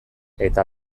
eta